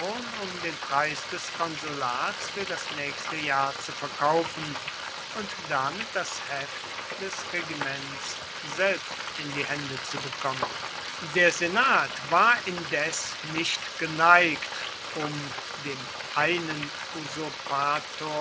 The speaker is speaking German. um den preis des konsulats für das nächste jahr zu verkaufen und damit das heft des regiments selber in die hände zu bekommen der senat war indes nicht geneigt um dem einen